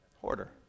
Hoarder